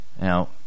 now